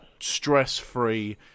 stress-free